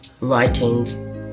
Writing